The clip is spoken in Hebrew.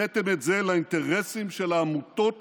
הבאתם את זה לאינטרסים של העמותות